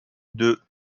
deux